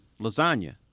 lasagna